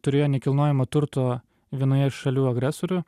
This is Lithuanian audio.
turėjo nekilnojamo turto vienoje iš šalių agresorių